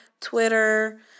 Twitter